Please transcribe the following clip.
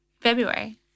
February